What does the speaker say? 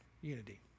unity